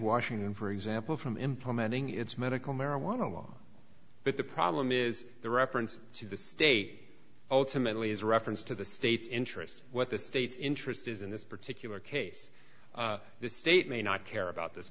washington for example from implementing its medical marijuana law but the problem is the reference to the state ultimately is a reference to the state's interest what the state's interest is in this particular case the state may not care about this